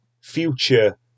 future